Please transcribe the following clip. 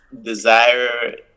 Desire